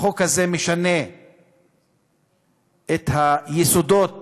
החוק הזה משנה את היסודות